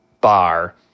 bar